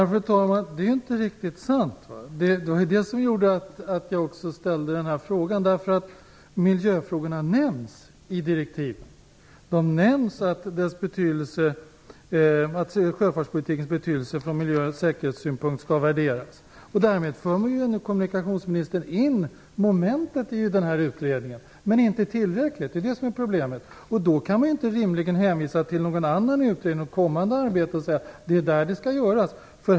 Fru talman! Det är inte riktigt sant. Det är detta som gjorde att jag ställde den här frågan. Miljöfrågorna nämns i direktiven. Det sägs att sjöfartens betydelse från miljö och säkerhetssynpunkt skall värderas. Därmed får man in det momentet i utredningen, men inte tillräckligt. Och det är just det som är problemet. Då kan man rimligen inte hänvisa till någon annan utredning och ett kommande arbete och säga: Det är där det skall göras.